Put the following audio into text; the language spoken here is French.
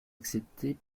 acceptée